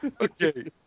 Okay